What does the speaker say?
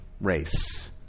race